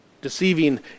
Deceiving